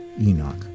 Enoch